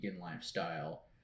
lifestyle